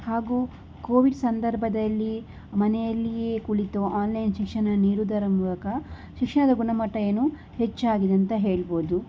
ಹಾಗೂ ಕೋವಿಡ್ ಸಂದರ್ಭದಲ್ಲಿ ಮನೆಯಲ್ಲಿಯೇ ಕುಳಿತು ಆನ್ಲೈನ್ ಶಿಕ್ಷಣ ನೀಡುವುದರ ಮೂಲಕ ಶಿಕ್ಷಣದ ಗುಣಮಟ್ಟ ಏನು ಹೆಚ್ಚಾಗಿದಂತ ಹೇಳ್ಬೌದು